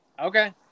Okay